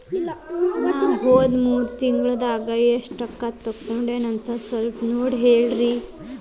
ನಾ ಹೋದ ಮೂರು ತಿಂಗಳದಾಗ ಎಷ್ಟು ರೊಕ್ಕಾ ತಕ್ಕೊಂಡೇನಿ ಅಂತ ಸಲ್ಪ ನೋಡ ಹೇಳ್ರಿ